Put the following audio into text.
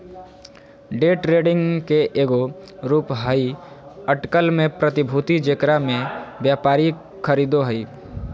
day trading के एगो रूप हइ अटकल में प्रतिभूति जेकरा में व्यापारी खरीदो हइ